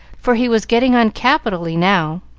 for he was getting on capitally now.